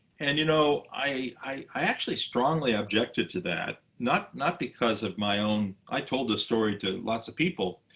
and you know i actually strongly objected to that, not not because of my own i told the story to lots of people.